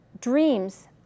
dreams